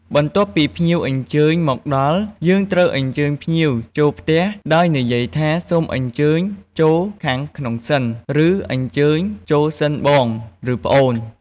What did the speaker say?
បន្ទាប់ពីភ្ញៀវអញ្ជើញមកដល់ យើងត្រូវអញ្ជើញភ្ញៀវចូលផ្ទះដោយនិយាយថា សូមអញ្ជើញចូលខាងក្នុងសិន ឬអញ្ជើញចូលសិនបង ឬប្អូន។